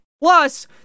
Plus